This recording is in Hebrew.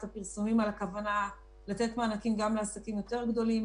את הפרסומים על הכוונה לתת מענקים גם לעסקים יותר גדולים,